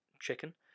chicken